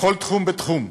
בכל תחום ותחום,